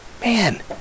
man